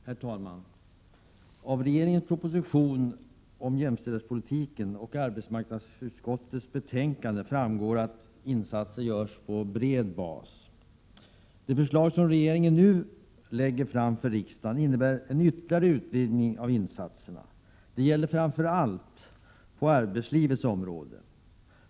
Herr talman! Av regeringens proposition om jämställdhetspolitiken och arbetsmarknadsutskottets betänkande framgår att insatser görs på bred bas. De förslag som regeringen nu lägger fram för riksdagen innebär en ytterligare utvidgning av insatserna. Det gäller framför allt på arbetslivets område.